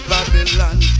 Babylon